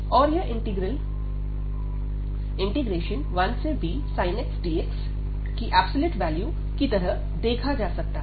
और यह integral 1bsin x dxकी तरह देखा जा सकता है